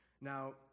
Now